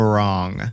Wrong